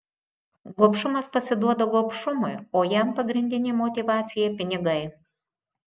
gobšumas pasiduoda gobšumui o jam pagrindinė motyvacija pinigai